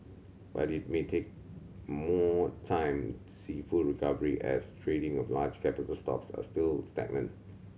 but it may take more time to see full recovery as trading of large capital stocks are still stagnant